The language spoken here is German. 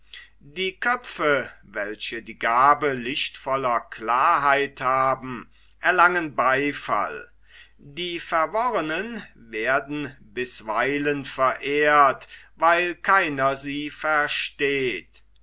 die köpfe welche die gabe lichtvoller klarheit haben erlangen beifall die verworrenen werden bisweilen verehrt weil keiner sie versteht